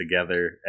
together